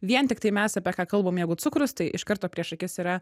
vien tiktai mes apie ką kalbam jeigu cukrus tai iš karto prieš akis yra